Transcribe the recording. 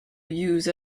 used